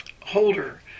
holder